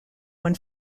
one